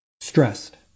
stressed